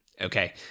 Okay